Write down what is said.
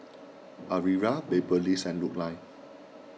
Aria Beverley and Lurline